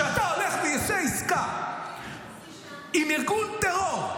כשאתה הולך ועושה עסקה עם ארגון טרור,